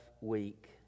week